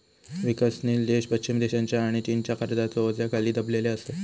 विकसनशील देश पश्चिम देशांच्या आणि चीनच्या कर्जाच्या ओझ्याखाली दबलेले असत